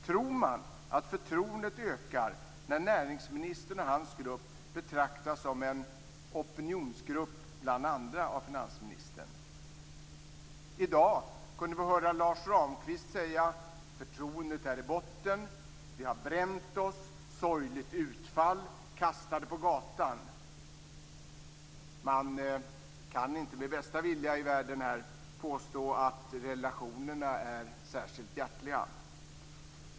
Tror man att förtroendet ökar när näringsministern och hans grupp betraktas som en I dag kunde vi höra Lars Ramqvist säga: Förtroendet är i botten. Vi har bränt oss. Sorgligt utfall. Inte med bästa vilja i världen kan man påstå att relationerna är särskilt hjärtliga.